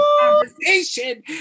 conversation